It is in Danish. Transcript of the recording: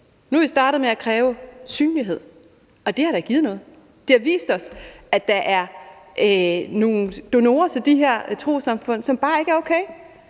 Nu er vi startet med at kræve synlighed, og det har da givet noget. Det har vist os, at der er nogle donorer til de her trossamfund, som bare ikke er okay.